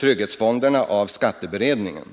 trygghetsfonderna bör utredas av skatteberedningen.